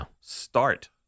start